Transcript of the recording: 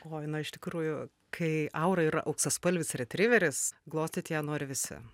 o na iš tikrųjų kai aura yra auksaspalvis retriveris glostyti ją nori visi